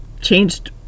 changed